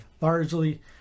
largely